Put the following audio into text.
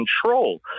control